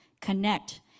connect